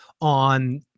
on